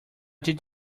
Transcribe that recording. did